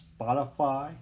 Spotify